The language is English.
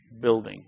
building